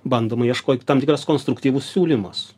bandoma ieškot tam tikras konstruktyvus siūlymas